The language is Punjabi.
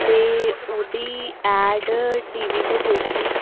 ਅਤੇ ਉਹਦੀ ਐਡ ਟੀ ਵੀ 'ਤੇ ਦੇਖੀ